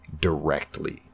directly